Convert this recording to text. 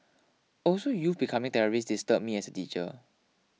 also youth becoming terrorists disturbs me as a teacher